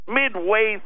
midway